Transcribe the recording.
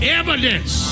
evidence